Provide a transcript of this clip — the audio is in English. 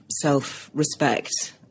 self-respect